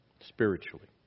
spiritually